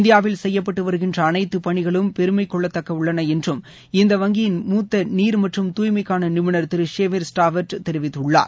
இந்தியாவில் செய்யப்பட்டு வருகின்ற அனைத்து பணிகளும் பெருமை கொள்ளத்தக்கதாக உள்ளன என்ற இந்த வங்கியின் மூத்த நீர் மற்றும் துய்மைக்கான நிபுணர் திரு ஷேவியர் ஸ்டாவெர்ட் தெரிவித்துள்ளார்